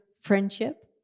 friendship